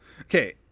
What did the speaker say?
Okay